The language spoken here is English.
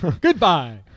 Goodbye